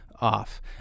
off